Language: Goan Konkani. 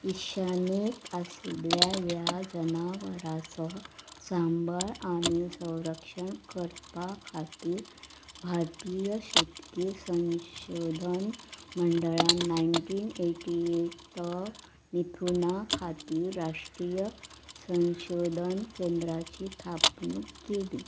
इशनिक आशिल्ल्या ह्या जनावरांचो सांबाळ आनी संरक्षण करपा खातीर भारतीय शेतकी संशोधन मंडळांत नायटीन एटी एट तो निथूना खातीर राष्ट्रीय संशोधन केंद्राची थापणूक केली